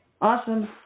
Awesome